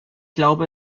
glaube